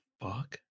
fuck